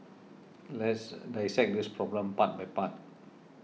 let's dissect this problem part by part